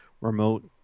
remote